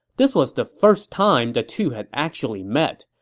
this was the first time the two had actually met,